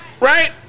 Right